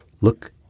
look